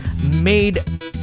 made